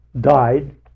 died